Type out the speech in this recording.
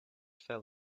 fell